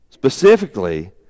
Specifically